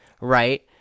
right